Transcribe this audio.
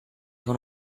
con